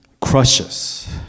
crushes